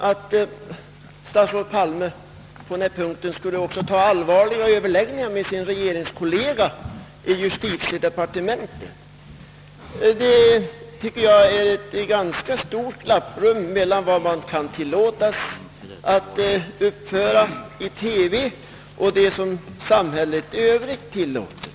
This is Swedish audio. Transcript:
Jag anser att statsrådet Palme på denna punkt också skulle uppta allvar liga överläggningar med sin regeringskollega i justitiedepartementet, ty jag tycker det är ganska stort glapprum mellan det man kan tillåtas uppföra i TV och det som samhället i övrigt tillåter.